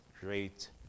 great